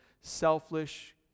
selfish